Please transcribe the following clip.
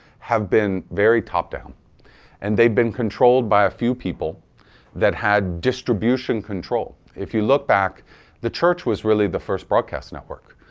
have been very top down and they've been controlled by a few people that had distribution control. if you look back the church was really the first broadcast network.